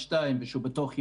שהוא בתוך יער,